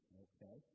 okay